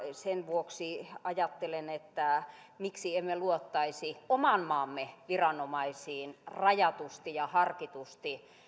sen vuoksi ajattelen että miksi emme luottaisi oman maamme viranomaisiin rajatusti ja harkitusti voisi